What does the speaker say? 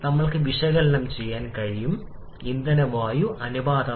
അതുപോലെ നമുക്കും കഴിയും പരമാവധി താപനില കാണുക